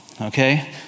okay